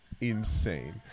insane